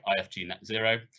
ifgnetzero